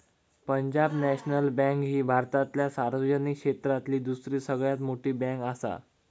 Punjab national bank ही भारतातल्या सार्वजनिक क्षेत्रातली दुसरी सगळ्यात मोठी बँकआसा